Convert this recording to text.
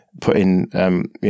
putting